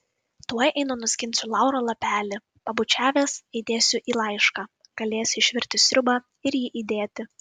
tuoj einu nuskinsiu lauro lapelį pabučiavęs įdėsiu į laišką galėsi išvirti sriubą ir jį įdėti